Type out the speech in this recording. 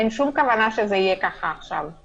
אין שום כוונה שזה יהיה כך עכשיו.